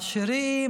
עשירים,